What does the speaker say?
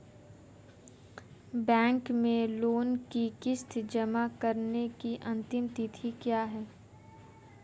Bank में loan की किश्त जमा कराने की अंतिम तिथि क्या है?